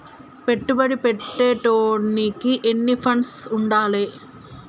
పెట్టుబడి పెట్టేటోనికి ఎన్ని ఫండ్స్ ఉండాలే?